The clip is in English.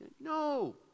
No